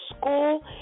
school